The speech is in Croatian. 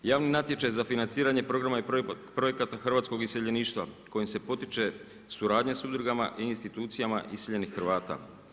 Javni natječaj za financiranje programa i projekata hrvatskog iseljeništva kojim se potiče suradnja s udrugama i institucijama iseljenih Hrvata.